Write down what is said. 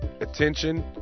attention